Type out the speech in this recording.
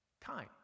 time